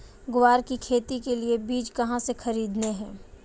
ग्वार की खेती के लिए बीज कहाँ से खरीदने हैं?